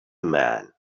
man